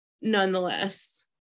nonetheless